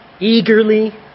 Eagerly